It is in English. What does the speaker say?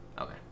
Okay